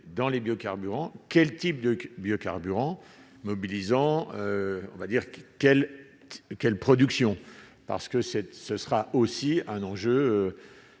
dans les biocarburants, quels types de biocarburants mobilisant, on va dire qui quelle quelle production parce que cette, ce sera aussi un enjeu